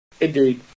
Indeed